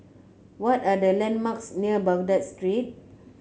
what are the landmarks near Baghdad Street